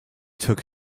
took